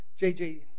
JJ